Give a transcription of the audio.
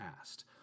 asked